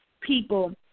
people